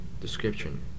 Description